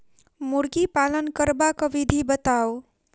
मुर्गी पालन करबाक विधि बताऊ?